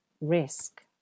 risk